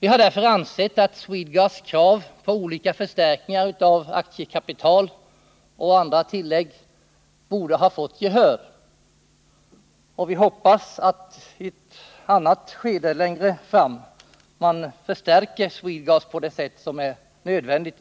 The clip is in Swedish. Vi har därför ansett att Swedegas krav på olika förstärkningar av aktiekapitalet m.m. borde ha fått gehör. Vi hoppas att Swedegas i ett annat skede, längre fram, får den förstärkning som är nödvändig.